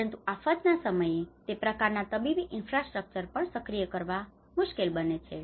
પરંતુ આફતના સમયે તે પ્રકારના તબીબી ઈન્ફ્રાસ્ટ્રક્ચર પણ સક્રિય કરવા મુશ્કેલ બની જાય છે